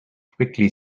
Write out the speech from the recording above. quickly